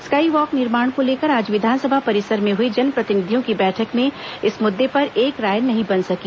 sky walk निर्माण को लेकर आज विधानसभा परिसर में हुई जनप्रतिनिधियों की बैठक में इस मुद्दे पर एक राय नहीं बन सकी